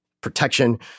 protection